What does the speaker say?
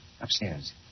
Upstairs